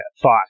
thought